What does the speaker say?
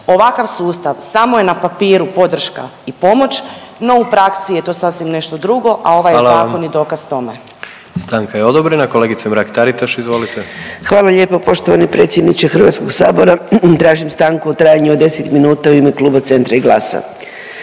Ovakav sustav samo je na papiru podrška i pomoć, no u praksi je to sasvim nešto drugo, a ovaj je zakon …/Upadica: Hvala vam./… i dokaz tome. **Jandroković, Gordan (HDZ)** Stanka je odobrena. Kolegice Mrak Taritaš, izvolite. **Mrak-Taritaš, Anka (GLAS)** Hvala lijepo poštovani predsjedniče Hrvatskog sabora. Tražim stanku u trajanju od 10 minuta u ime Kluba Centra i GLAS-a.